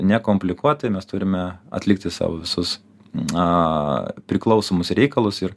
nekomplikuotai mes turime atlikti sau visus aaa priklausomus reikalus ir